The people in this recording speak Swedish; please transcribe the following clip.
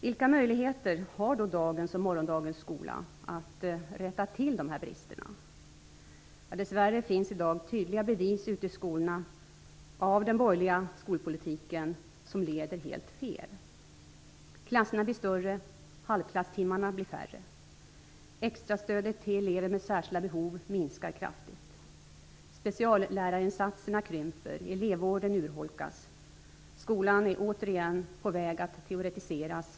Vilka möjligheter har då dagens och morgondagens skola att rätta till dessa brister? Dess värre finns det i dag tydliga bevis ute i skolorna på att den borgerliga skolpolitiken leder helt fel. Klasserna blir större. Halvklasstimmarna blir färre. Extrastödet till elever med särskilda behov minskar kraftigt. Speciallärarinsatserna krymper. Elevvården urholkas. Skolan är återigen på väg att teoretiseras.